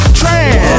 trans